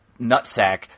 nutsack